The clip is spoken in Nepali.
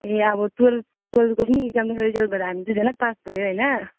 ए अब टुवेल्भ टुवेल्भको पनि इक्जाम रिजल्ट भएर हामी दुईजनै पास भयो होइन